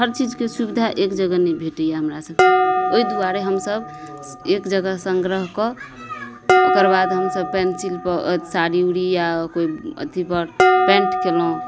हर चीजके सुविधा एक जगह नहि भेटइए हमरा सबके ओइ दुआरे हमसब एक जगह सङ्गग्रह कऽ ओकर बाद हमसब पेंसिलपर साड़ी उड़ी या कोइ अथीपर पैंट कयलहुँ